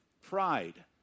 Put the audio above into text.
pride